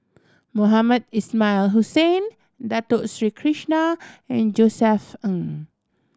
Mohamed Ismail Hussain Dato Sri Krishna and Josef Ng